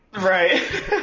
Right